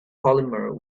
polymer